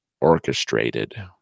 orchestrated